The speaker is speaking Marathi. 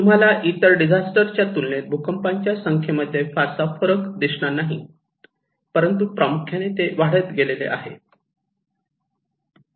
तुम्हाला इतर डिझास्टरच्या तुलनेमध्ये भूकंपाच्या संख्ये मध्ये फारसा फरक दिसणार नाही परंतु प्रामुख्याने ते वाढत आहेत